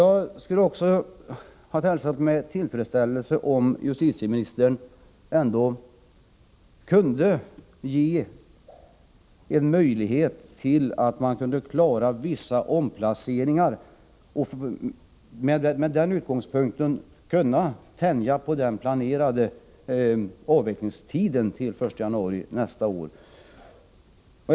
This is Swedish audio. Jag skulle också ha hälsat med tillfredsställelse om justitieministern, genom att tänja på tiden för avveckling till den 1 januari nästa år, ändå kunde ge en möjlighet att lösa vissa omplaceringsfrågor.